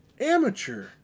amateur